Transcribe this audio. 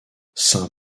saint